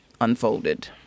unfolded